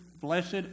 Blessed